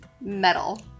Metal